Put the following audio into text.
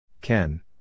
Ken